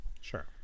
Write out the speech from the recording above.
Sure